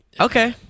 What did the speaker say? Okay